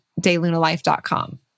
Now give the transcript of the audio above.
daylunalife.com